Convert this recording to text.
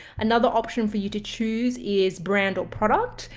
another option for you to choose is brand or product.